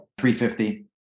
350